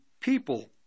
people